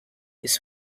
his